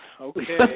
Okay